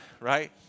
right